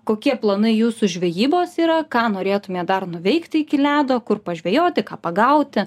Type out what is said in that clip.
kokie planai jūsų žvejybos yra ką norėtumėt dar nuveikti iki ledo kur pažvejoti ką pagauti